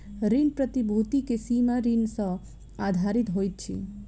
ऋण प्रतिभूति के सीमा ऋण सॅ आधारित होइत अछि